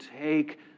take